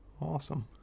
Awesome